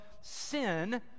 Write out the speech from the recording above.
sin